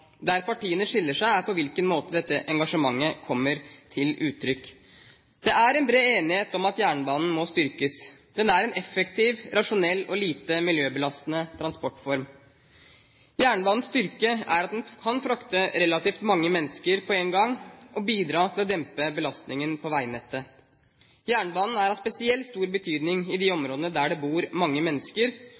Der partiene skiller seg, er på hvilken måte dette engasjementet kommer til uttrykk. Det er en bred enighet om at jernbanen må styrkes. Den er en effektiv, rasjonell og lite miljøbelastende transportform. Jernbanens styrke er at den kan frakte relativt mange mennesker på en gang og bidra til å dempe belastningen på veinettet. Jernbanen er av spesielt stor betydning i de områdene der det bor mange mennesker,